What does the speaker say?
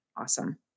Awesome